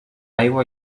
aigua